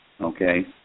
okay